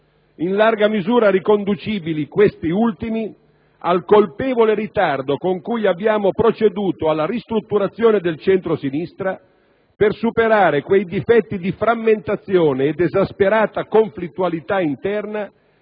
in larga misura riconducibili, questi ultimi, al colpevole ritardo con cui abbiamo proceduto alla ristrutturazione del centrosinistra per superare quei difetti di frammentazione ed esasperata conflittualità interna